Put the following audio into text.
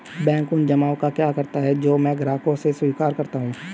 Bank उन जमाव का क्या करता है जो मैं ग्राहकों से स्वीकार करता हूँ?